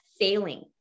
failing